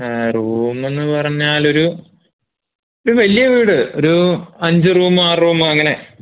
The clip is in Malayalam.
റൂമെന്ന് പറഞ്ഞാലൊരു ഒരു വലിയ വീട് ഒരു അഞ്ച് റൂമ് ആറ് റൂമ് അങ്ങനെ